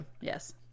Yes